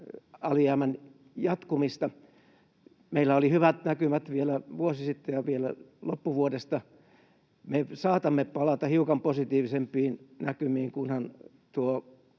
alijäämän jatkumista. Meillä oli hyvät näkymät vielä vuosi sitten ja vielä loppuvuodesta. Me saatamme palata hiukan positiivisempiin näkymiin, kunhan tuo